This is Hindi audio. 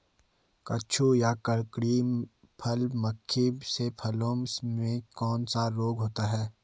कद्दू या ककड़ी में फल मक्खी से फलों में कौन सा रोग होता है?